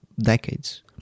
decades